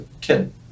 kid